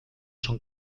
son